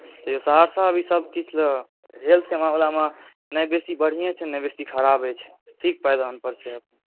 सहरसा अभी सब किछु लऽ हेल्थके मामलामे नहि बेसी बढ़िए छै नहि बेसी खराबे छै ठीक पायदान पर छै